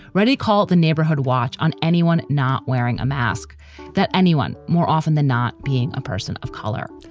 ready call the neighborhood watch on anyone not wearing a mask that anyone more often than not being a person of color.